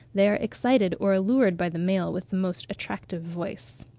they are excited or allured by the male with the most attractive voice.